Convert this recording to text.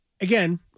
Again